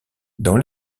dans